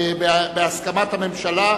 בהסכמת הממשלה,